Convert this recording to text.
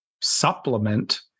supplement